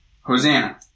Hosanna